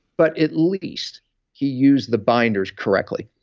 but at least he used the binders correctly.